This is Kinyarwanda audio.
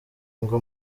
ngo